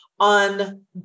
on